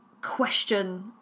question